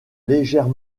légères